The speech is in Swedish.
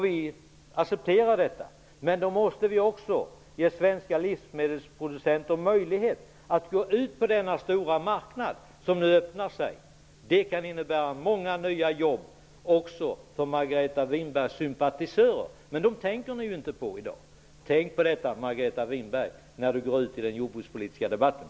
Vi accepterar det, men då måste vi också ge svenska livsmedelsproducenter möjlighet att gå ut på den stora marknad som öppnar sig. Det kan innebära många nya jobb också för Margareta Winbergs sympatisörer. Dem tänker ni inte på i dag. Margareta Winberg skall tänka på detta när hon går ut i den jordbrukspolitiska debatten.